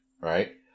right